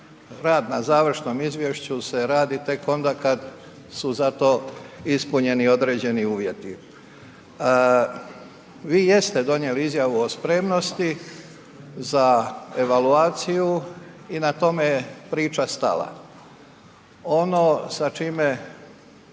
Rad na završnom izvješću se radi tek onda kad su za to ispunjeni određeni uvjeti. Vi jeste donijeli izjavu o spremnosti za evaluaciju i na tome je priča stala. Ono sa čime